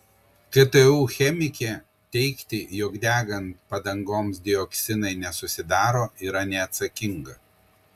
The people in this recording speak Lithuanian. ktu chemikė teigti jog degant padangoms dioksinai nesusidaro yra neatsakinga